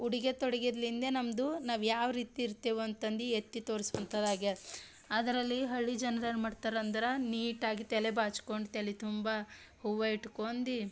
ಉಡುಗೆ ತೊಡುಗೆಲಿಂದ ನಮ್ಮದು ನಾವು ಯಾವ ರೀತಿ ಇರ್ತೇವೆ ಅಂತಂದು ಎತ್ತಿ ತೋರಿಸುವಂಥದ್ದು ಆಗ್ಯಾದ ಅದರಲ್ಲಿ ಹಳ್ಳಿ ಜನ್ರು ಏನು ಮಾಡ್ತಾರ್ ಅಂದ್ರೆ ನೀಟಾಗಿ ತಲೆ ಬಾಚ್ಕೊಂಡು ತಲಿ ತುಂಬ ಹೂವು ಇಟ್ಕೊಂಡಿ